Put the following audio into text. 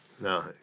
No